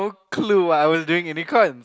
clue what I was doing in econ